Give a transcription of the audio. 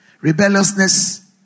rebelliousness